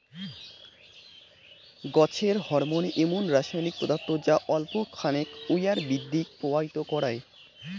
গছের হরমোন এমুন রাসায়নিক পদার্থ যা অল্প খানেক উয়ার বৃদ্ধিক প্রভাবিত করায়